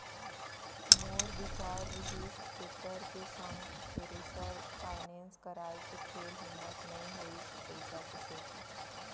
मोर बिचार रिहिस टेक्टर के संग थेरेसर फायनेंस कराय के फेर हिम्मत नइ होइस पइसा के सेती